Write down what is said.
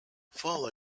fall